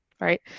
Right